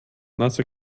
nasse